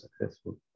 successful